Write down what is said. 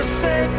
say